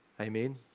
Amen